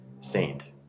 saint